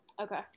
Okay